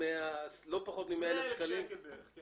100 אלף שקל בערך.